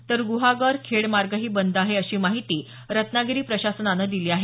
तर गुहागर खेड मार्गही बंद आहे अशी माहिती रत्नागिरी प्रशासनानं दिली आहे